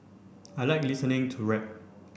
I like listening to rap